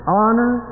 honor